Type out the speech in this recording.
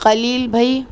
خلیل بھائی